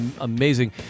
amazing